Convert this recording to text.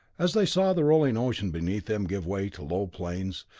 as they saw the rolling ocean beneath them give way to low plains,